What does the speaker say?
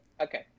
Okay